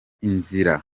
inzira